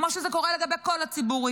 כמו שזה קורה לגבי כל הציבורים.